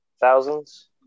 Thousands